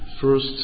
first